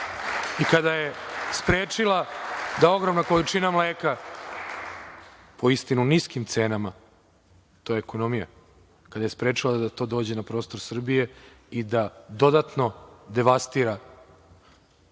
i kada je sprečila da ogromna količina mleka, po istinu niskim cenama, to je ekonomija, kada je sprečila da to dođe na prostor Srbije i da dodatno devastira ovu